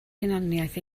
hunaniaeth